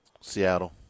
Seattle